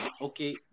okay